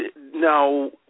now